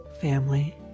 family